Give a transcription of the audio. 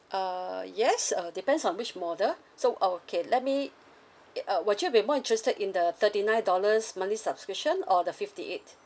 uh yes uh depends on which model so okay let me a uh would you be more interested in the thirty nine dollars monthly subscription or the fifty eight